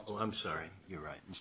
oh i'm sorry you're right